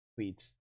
tweets